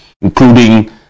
including